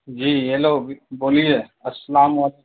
جی hello بولیے السلام علیکم